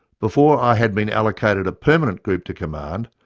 before i had been allocated a permanent group to command,